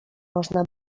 można